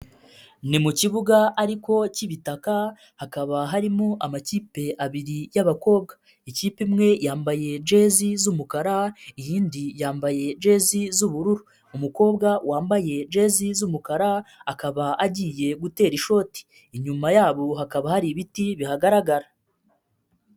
Ni mu kibuga ariko cy'ibitaka, hakaba harimo amakipe abiri y'abakobwa, ikipe imwe yambaye jezi z'umukara, iyindi yambaye jezi z'ubururu, umukobwa wambaye jezi z'umukara akaba agiye gutera ishoti, inyuma yabo hakaba hari ibiti bihagaragara.